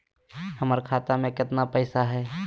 हमर खाता मे केतना पैसा हई?